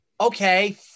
Okay